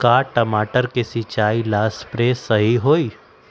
का टमाटर के सिचाई ला सप्रे सही होई?